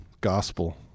gospel